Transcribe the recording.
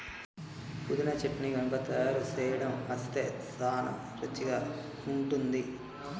పుదీనా చట్నీ గనుక తయారు సేయడం అస్తే సానా రుచిగా ఉంటుంది